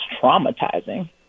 traumatizing